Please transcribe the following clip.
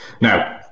Now